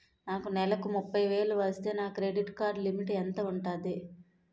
నాకు నెలకు ముప్పై వేలు వస్తే నా క్రెడిట్ కార్డ్ లిమిట్ ఎంత ఉంటాది?